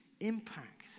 Impact